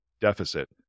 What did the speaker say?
deficit